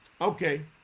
Okay